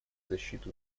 защиту